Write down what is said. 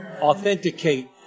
authenticate